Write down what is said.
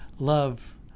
love